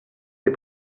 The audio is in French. des